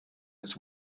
its